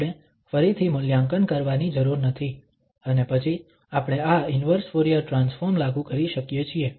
આપણે ફરીથી મૂલ્યાંકન કરવાની જરૂર નથી અને પછી આપણે આ ઇન્વર્સ ફુરીયર ટ્રાન્સફોર્મ લાગુ કરી શકીએ છીએ